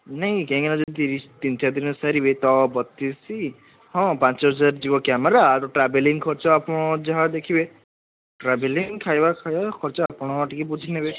ନାଇଁ କାହିଁକି ନା ଯଦି ତିନି ଚାରି ଦିନରେ ସାରିବେ ତ ବତିଶି ହଁ ପାଞ୍ଚହଜାର ଯିବ କ୍ୟାମେରା ଟ୍ରାଭେଲିଂ ଖର୍ଚ୍ଚ ଆପଣ ଯାହା ଦେଖିବେ ଟ୍ରାଭେଲିଂ ଖାଇବା ଖାଇବା ଖର୍ଚ୍ଚ ଆପଣ ଟିକିଏ ବୁଝିନେବେ